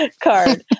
card